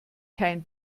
kein